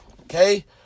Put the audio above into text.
okay